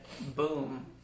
Boom